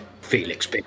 Felix